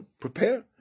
prepare